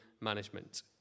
management